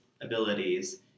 abilities